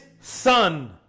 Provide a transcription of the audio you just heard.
son